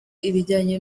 ibijyanye